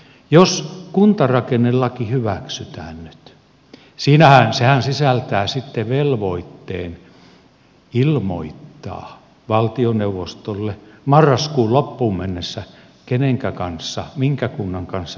jos kuntarakennelaki hyväksytään nyt sehän sisältää sitten velvoitteen ilmoittaa valtioneuvostolle marraskuun loppuun mennessä kenenkä kanssa minkä kunnan kanssa selvitetään